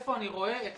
איפה אני רואה את